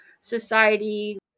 society